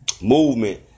movement